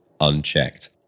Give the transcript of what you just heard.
unchecked